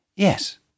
Yes